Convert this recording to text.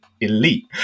Elite